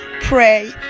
Pray